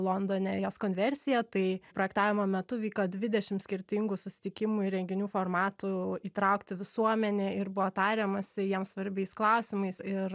londone jos konversija tai projektavimo metu vyko dvidešimt skirtingų susitikimų ir renginių formatų įtraukti visuomenę ir buvo tariamasi jiems svarbiais klausimais ir